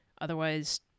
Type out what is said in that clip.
otherwise